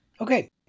Okay